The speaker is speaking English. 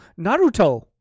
Naruto